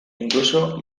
incluso